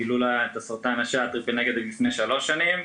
גילו לה את סרטן השד לראשונה לפני שלוש שנים,